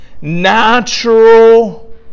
natural